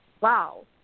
wow